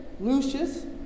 Lucius